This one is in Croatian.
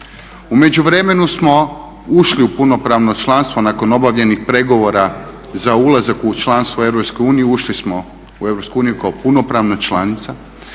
U međuvremenu smo ušli u punopravno članstvo nakon obavljenih pregovora za ulazak u članstvo u Europsku uniju, ušli smo u Europsku uniju kao punopravna članica.